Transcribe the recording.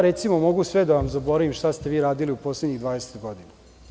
Recimo, mogu sve da vam zaboravim šta ste vi radili u poslednjih 20 godina.